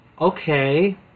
okay